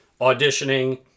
auditioning